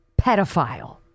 pedophile